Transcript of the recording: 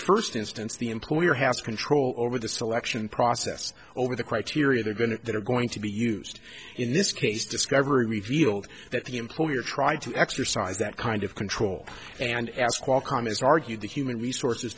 first instance the employer has control over the selection process over the criteria they're going to that are going to be used in this case discovery revealed that the employer tried to exercise that kind of control and ask qualcomm has argued the human resources